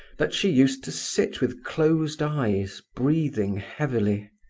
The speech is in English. that she used to sit with closed eyes, breathing heavily.